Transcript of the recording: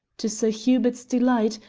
to sir hubert's delight,